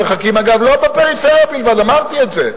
זה לא מתחום המשרד של אדוני וזה חורג.